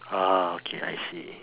ah okay I see